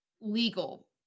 legal